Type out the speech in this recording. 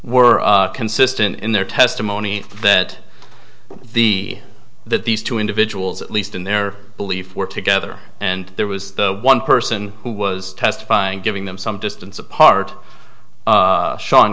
were consistent in their testimony that the that these two individuals at least in their belief were together and there was the one person who was testifying giving them some distance apart